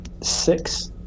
six